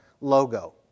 logo